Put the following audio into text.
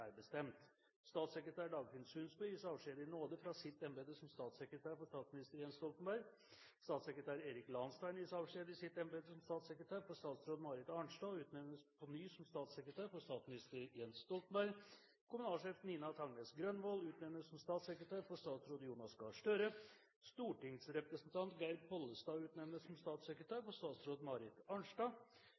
er bestemt: Statssekretær Dagfinn Sundsbø gis avskjed i nåde fra sitt embete som statssekretær for statsminister Jens Stoltenberg. Statssekretær Erik Lahnstein gis avskjed i sitt embete som statssekretær for statsråd Marit Arnstad og utnevnes på ny til statssekretær for statsminister Jens Stoltenberg. Kommunalsjef Nina Tangnæs Grønvold utnevnes som statssekretær for statsråd Jonas Gahr Støre. Stortingsrepresentant Geir Pollestad utnevnes som statssekretær for statsråd Marit Arnstad.